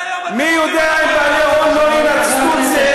אבל אתם כל היום עוברים על החוק.